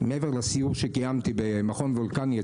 מעבר לסיור שקיימתי במכון וולקני,